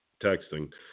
texting